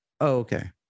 okay